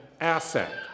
asset